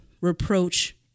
reproach